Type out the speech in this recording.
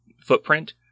footprint